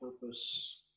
purpose